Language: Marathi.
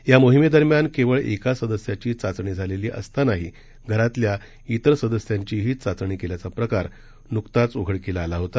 या मोहिमेदरम्यान केवळ एका सदस्याची चाचणी झालेली असतानाही घरातल्या इतर सदस्यांचीही चाचणी केल्याचा प्रकार नुकताच उघडकीला आला होता